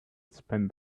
spend